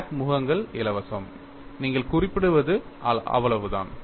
crack முகங்கள் இலவசம் நீங்கள் குறிப்பிடுவது அவ்வளவுதான்